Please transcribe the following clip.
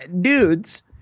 dudes